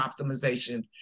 optimization